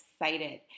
excited